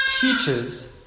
teaches